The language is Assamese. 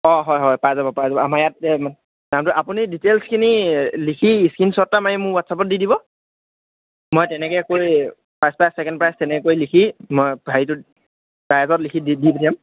অঁ হয় হয় পাই যাব পাই যাব আমাৰ ইয়াত নামটো আপুনি ডিটেইলছখিনি লিখি স্ক্ৰীন শ্বট এটা মাৰি মোক হোৱাটছ আপত দি দিব মই তেনেকে কৰি ফাৰ্ষ্ট প্ৰাইজ ছেকেণ্ড প্ৰাইজ তেনেকৈ লিখি মই হেৰিটো প্ৰাইজত লিখি দি পঠিয়াম